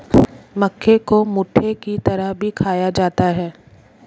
मक्के को भुट्टे की तरह भी खाया जाता है